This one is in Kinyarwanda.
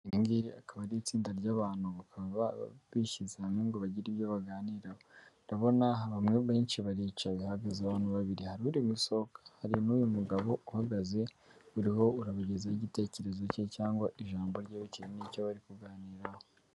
Iri ngiri akaba ari itsinda ry'abantu, bakaba bishyize hamwe ngo bagire ibyo baganiraho. Ndabona bamwe benshi baricaye hahagaza abantu babiri, hari uri gusohoka, hari n'uyu mugabo uhagaze uriho urabagezaho igitekerezo cye cyangwa ijambo rye bitewe n'icyo bari kuganiraho.